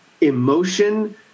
emotion